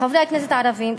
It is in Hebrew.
חברי הכנסת הערבים,